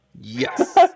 Yes